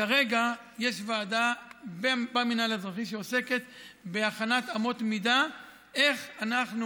כרגע יש ועדה במינהל האזרחי שעוסקת בהכנת אמות מידה איך אנחנו